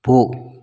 போ